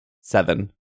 seven